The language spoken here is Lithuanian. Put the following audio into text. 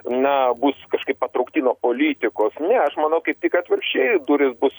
na bus kažkaip patraukti nuo politikos ne aš manau kaip tik atvirkščiai durys bus